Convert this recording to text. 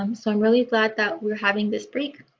um so i'm really glad that we're having this break.